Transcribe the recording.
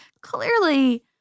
clearly